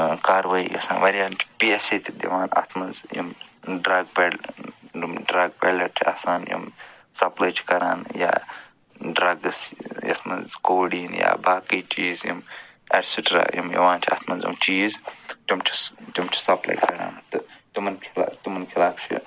کاروٲیی گَژھان وارِیاہن چھِ پی ایس اےٚ تہِ دِوان اتھ منٛز یِم ڈرگ پیڈل نُم ڈرگ پیڈلر چھِ آسان یِم سپلے چھِ کَران یا ڈرگٕس یتھ منٛز کوڈیٖن یا باقٕے چیٖز یِم ایٹ سٹرا یِم یِوان چھِ اتھ منٛز یِم چیٖز تِم چھِ تِم چھِ سپلے کَران تہٕ تِمن تِمن خلاف چھِ